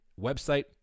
website